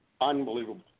unbelievable